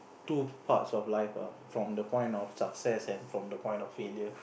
two parts of life ah from the point of success and from the point of failure